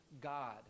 God